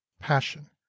passion